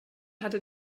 hatte